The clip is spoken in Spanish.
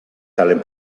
salen